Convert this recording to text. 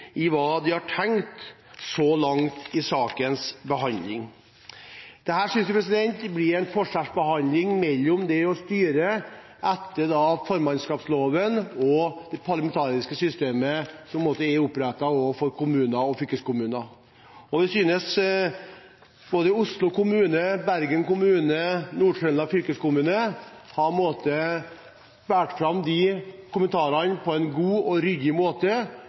i hva de har tenkt så langt i sakens behandling. Dette synes vi blir en forskjellsbehandling mellom det å styre etter formannskapsloven og det parlamentariske systemet som er opprettet for kommuner og fylkeskommuner. Både Oslo kommune, Bergen kommune og Nord-Trøndelag fylkeskommune har båret fram kommentarer på en god og ryddig måte,